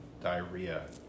diarrhea